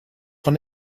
von